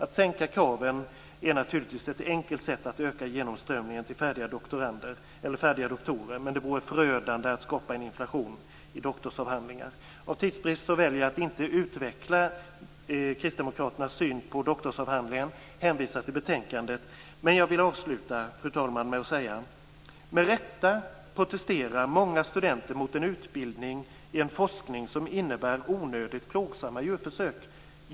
Att sänka kraven är naturligtvis ett enkelt sätt att öka genomströmningen till färdiga doktorer, men det vore förödande att skapa en inflation i doktorsavhandlingar. Av tidsbrist väljer jag att inte utveckla kristdemokraternas syn på doktorsavhandlingen utan hänvisar till betänkandet. Jag vill avsluta, fru talman, med att säga: Med rätta protesterar många studenter mot en utbildning i en forskning som innebär onödigt plågsamma djurförsök.